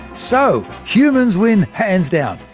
so, humans win hands down.